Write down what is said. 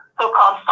so-called